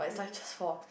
yeah